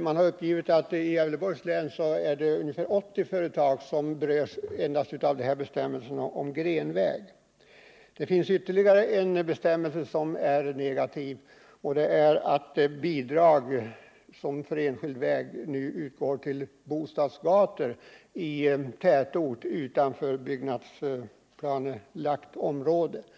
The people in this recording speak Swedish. Man har uppgivit att i Gävleborgs län berörs ungefär 80 företag av bestämmelserna om grenväg. Det finns ytterligare en bestämmelse som är negativ. Bidrag till enskild väg som nu utgår för bostadsgator i tätort utanför byggnadsplanelagt område —